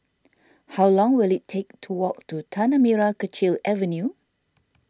how long will it take to walk to Tanah Merah Kechil Avenue